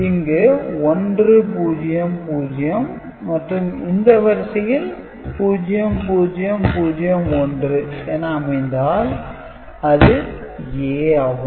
இங்கு 100 மற்றும் இந்த வரிசையில் 0001 என அமைந்தால் அது A ஆகும்